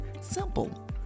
simple